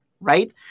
right